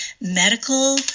medical